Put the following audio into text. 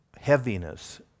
heaviness